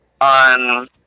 on